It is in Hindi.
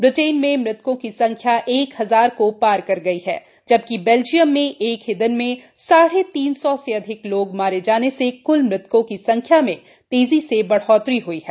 ब्रिटेन में मुतकों की संख्या एक हजार को पार कर गई है जबकि बेल्जियम में एक ही दिन में साढ़े तीन सौ से अधिक लोग मारे जाने से कुल मृतकों की संख्या में तेजी से बढ़ोतरी हुई है